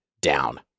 down